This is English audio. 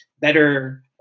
better